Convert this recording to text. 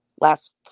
last